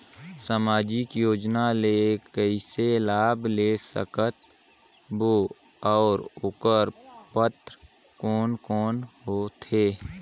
समाजिक योजना ले कइसे लाभ ले सकत बो और ओकर पात्र कोन कोन हो थे?